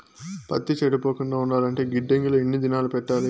పత్తి చెడిపోకుండా ఉండాలంటే గిడ్డంగి లో ఎన్ని దినాలు పెట్టాలి?